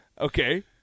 Okay